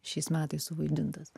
šiais metais suvaidintas